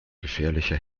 gefährlicher